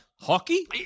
Hockey